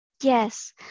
Yes